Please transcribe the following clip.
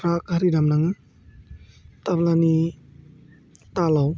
राग हारि दामनाङो टाब्लानि टालाव